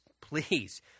please